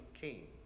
King